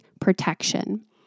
protection